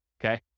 okay